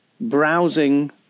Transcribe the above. browsing